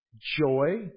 joy